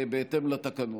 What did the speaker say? בהתאם לתקנון.